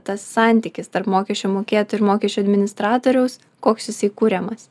tas santykis tarp mokesčių mokėtojų ir mokesčių administratoriaus koks jisai kuriamas